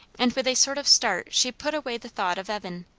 and with a sort of start she put away the thought of evan,